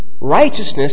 righteousness